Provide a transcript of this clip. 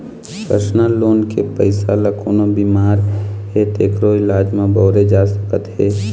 personal loan के पइसा ल कोनो बेमार हे तेखरो इलाज म बउरे जा सकत हे